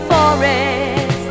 Forest